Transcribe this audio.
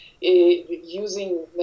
Using